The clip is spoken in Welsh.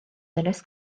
ddynes